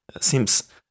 seems